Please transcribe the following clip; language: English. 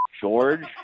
George